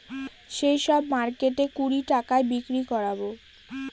সেই সব মার্কেটে কুড়ি টাকায় বিক্রি করাবো